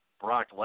Brock